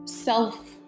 Self